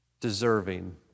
deserving